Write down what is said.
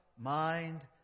mind